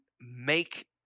make